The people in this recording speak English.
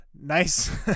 Nice